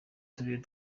turere